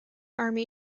army